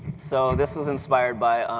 so this was inspired by